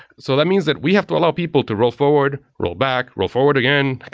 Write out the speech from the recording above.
so that means that we have to allow people to roll forward, roll back, roll forward again,